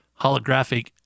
holographic